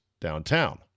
downtown